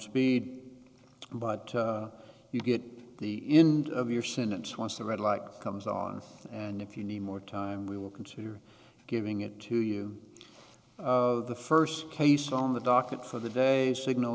speed but you get the in your sentence wants to read like comes on and if you need more time we will consider giving it to you of the first case on the docket for the day signal